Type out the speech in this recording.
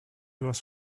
was